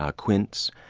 ah quince,